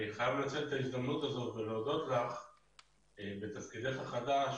אני חייב לנצל את ההזדמנות הזאת ולהודות לך בתפקידך החדש,